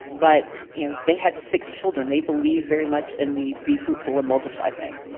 but you know they had six children, they believed very much in the, be fruitful and multiply thing.